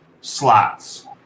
slots